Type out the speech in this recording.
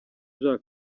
jean